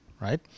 right